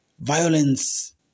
Violence